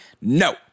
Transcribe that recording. no